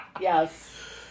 yes